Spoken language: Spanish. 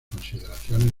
consideraciones